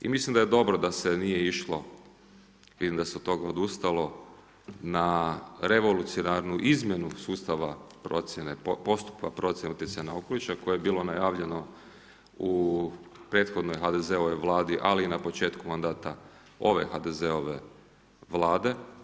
I mislim da je dobro da se nije išlo, vidim da se od toga odustalo na revolucionarnu izmjenu sustava postupka procjene utjecaja na okoliš koje je bilo najavljeno u prethodnoj HDZ-ovoj vladi, ali i na početku ove HDZ-ove vlade.